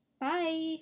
Bye